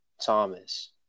Thomas